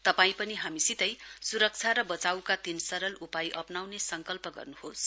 तपाईं पनि हामीसितै सुरक्षा र बचाईका तीन सरल उपाय अप्नाउने संकल्प गर्नुहोस